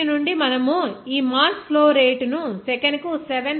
దీని నుండి మనము ఈ మాస్ ఫ్లో రేటు ను సెకనుకు 7